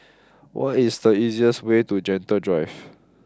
what is the easiest way to Gentle Drive